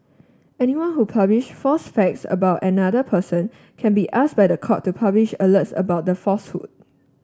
anyone who publish false facts about another person can be asked by the court to publish alerts about the falsehood